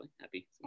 Happy